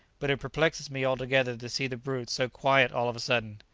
but it perplexes me altogether to see the brute so quiet all of a sudden.